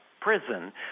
prison